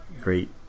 great